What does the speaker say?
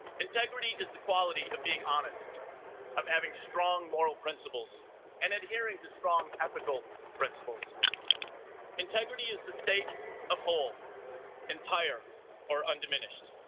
integrity is the quality of being honest of having strong moral principles and adhering to strong ethical principles integrity is the state of whole and tired or undiminished